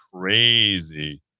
crazy